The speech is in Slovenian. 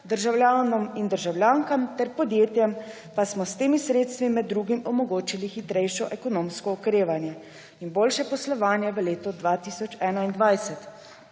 državljanom in državljankam, podjetjem pa smo s temi sredstvi med drugim omogočili hitrejšo ekonomsko okrevanje in boljše poslovanje v letu 2021,